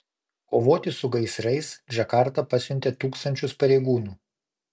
kovoti su gaisrais džakarta pasiuntė tūkstančius pareigūnų